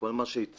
שכל מה שהציגו,